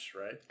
right